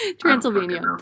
Transylvania